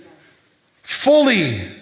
fully